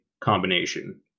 combination